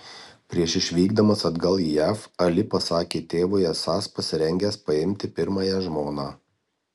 prieš išvykdamas atgal į jav ali pasakė tėvui esąs pasirengęs paimti pirmąją žmoną